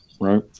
Right